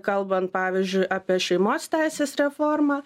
kalbant pavyzdžiui apie šeimos teisės reformą